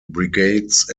brigades